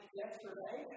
yesterday